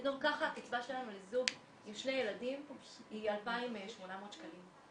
וגם ככה הקצבה שלנו לזוג עם שני ילדים היא 2800 שקלים.